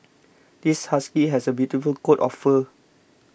this husky has a beautiful coat of fur